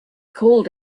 called